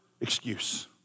excuse